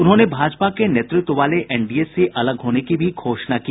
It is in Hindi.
उन्होंने भाजपा के नेतृत्व वाले एनडीए से अलग होने की भी घोषणा की